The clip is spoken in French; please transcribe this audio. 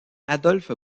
adolphe